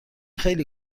خیلی